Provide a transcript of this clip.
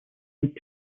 and